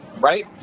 Right